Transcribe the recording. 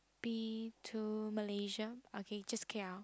be to Malaysia okay just k_l